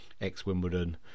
ex-Wimbledon